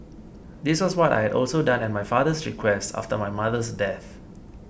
this was what I also done at my father's request after my mother's death